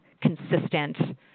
consistent